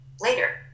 later